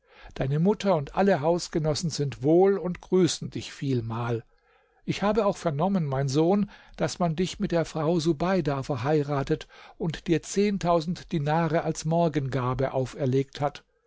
deine mutter und alle hausgenossen sind wohl und grüßen dich vielmal ich habe auch vernommen mein sohn daß man dich mit der frau subeida verheiratet und dir zehntausend dinare als morgengabe auferlegt hat